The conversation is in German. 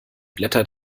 blätter